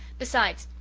besides,